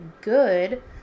good